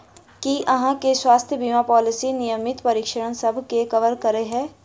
की अहाँ केँ स्वास्थ्य बीमा पॉलिसी नियमित परीक्षणसभ केँ कवर करे है?